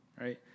right